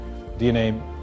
DNA